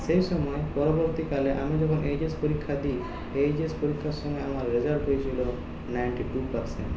সেই সময় পরবর্তীকালে আমি যখন এইচএস পরীক্ষা দিই এইচএস পরীক্ষার সময় আমার রেজাল্ট হয়েছিল নাইনটি টু পার্সেন্ট